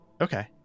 Okay